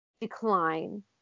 decline